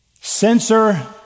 Censor